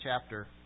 chapter